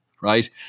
right